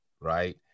Right